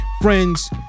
friends